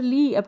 Lee